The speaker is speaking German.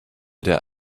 der